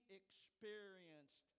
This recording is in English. experienced